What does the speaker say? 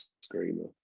screamer